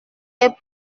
est